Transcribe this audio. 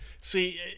See